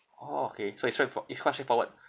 orh okay so it's straightfor~ it's quite straightforward